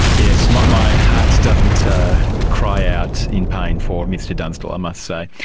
yes, my heart doesn't cry out in pain for mr dunstall, i must say.